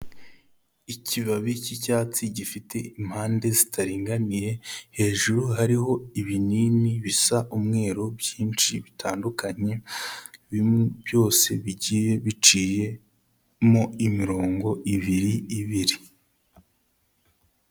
Ikibabi cy'icyatsi gifite impande zitaringaniye, hejuru hariho ibinini bisa umweru byinshi bitandukanye, byose bigiye biciyemo imirongo ibiri ibiri.